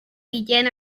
began